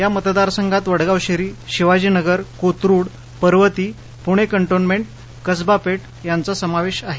या मतदारसंघात वडगावशेरी शिवाजीनगर कोथरूड पर्वती पुणे कॅटोनमेंट कसबा पेठ याचा समावेश आहे